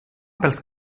pels